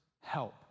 help